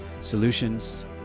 solutions